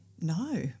no